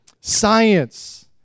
Science